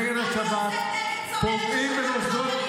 נגד השב"כ -- אני יוצאת נגד צמרת השב"כ,